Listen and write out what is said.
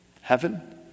heaven